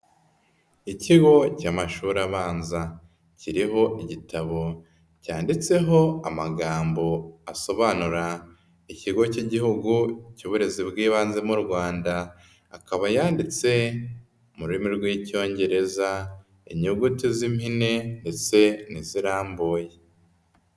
Ikigo cy'amashuri abanza, kiriho igitabo cyanditseho amagambo asobanura Ikigo cy'Igihugu cy'uburezi bw'ibanze mu Rwanda, akaba yanditse mu rurimi rw'Icyongereza, inyuguti z'impine ndetse n'izirambuye.